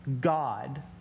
God